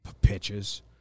pitches